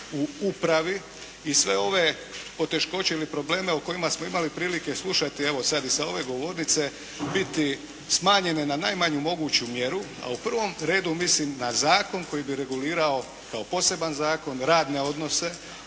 u upravi i sve ove poteškoće ili probleme o kojima smo imali prilike slušati evo sada i sa ove govornice, biti smanjene na najmanju moguću mjeru, a u prvom redu mislim na zakon koji bi regulirao kao poseban zakon, radne odnose